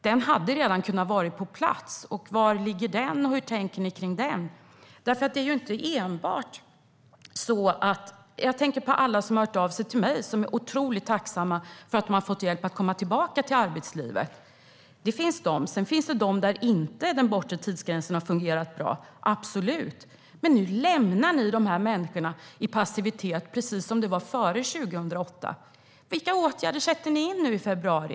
Det hade redan kunnat vara på plats. Vad har hänt med det uppdraget? Hur tänker ni om den frågan? Jag tänker på alla som har hört av sig till mig som är otroligt tacksamma för att de har fått hjälp att komma tillbaka till arbetslivet. Sedan har den bortre tidsgränsen inte fungerat bra för andra. Men nu lämnar ni dessa människor i passivitet, precis som det var före 2008. Vilka åtgärder sätter ni in i februari?